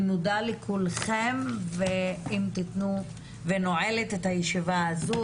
אני מודה לכולכם ונועלת את הישיבה הזאת.